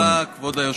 תודה, כבוד היושב-ראש.